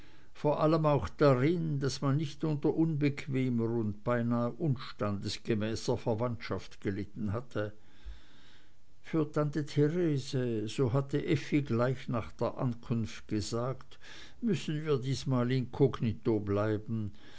vor allem auch darin daß man nicht unter unbequemer und beinahe unstandesgemäßer verwandtschaft gelitten hatte für tante therese so hatte effi gleich nach der ankunft gesagt müssen wir diesmal inkognito bleiben